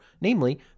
Namely